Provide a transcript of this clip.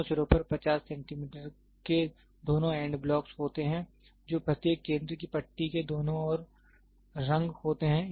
दोनों सिरों पर 50 सेंटीमीटर के दोनों एंड ब्लॉक होते हैं जो प्रत्येक केंद्र की पट्टी के दोनों ओर रंग होते हैं